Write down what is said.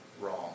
wrong